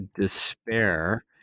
despair